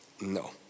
No